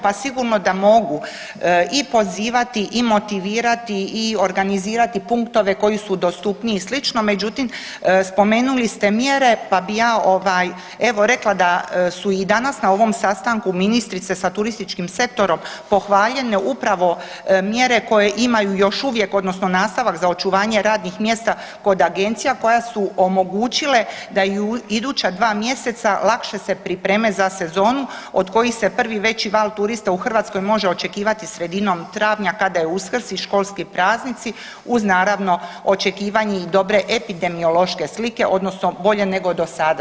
Pa sigurno da mogu i pozivati i motivirati i organizirati punktove koji su dostupniji i slično, međutim spomenuli ste mjere pa bi ja, ovaj, evo rekla da su i danas na ovom sastanku ministrice sa turističkim sektorom pohvaljene upravo mjere koje imaju još uvijek, odnosno nastavak za očuvanje radnih mjesta kod agencija koje su omogućile da i u iduća 2 mjeseca lakše se pripreme za sezonu, od kojih se prvi veći val turista u Hrvatskoj može očekivati sredinom travnja kada je uskrs i školski praznici, uz naravno, očekivanje i dobre epidemiološke slike odnosno bolje nego do sada.